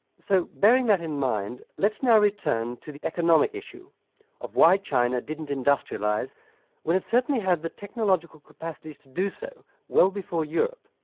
so bearing that in mind, let us now return to the economic issue of why china didn't industrialise when it certainly had the technological capacities to do so well before europe.